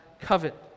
covet